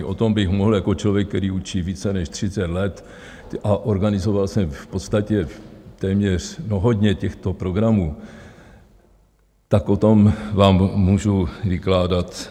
O tom bych mohl jako člověk, který učí více než 30 let, a organizoval jsem v podstatě hodně těchto programů, tak o tom vám můžu vykládat.